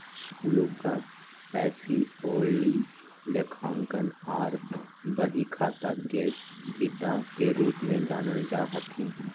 Luca Pacioli लेखांकन आर बहीखाता के पिता के रूप मे जानल जा हथिन